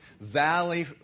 valley